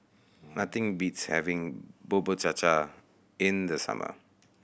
nothing beats having Bubur Cha Cha in the summer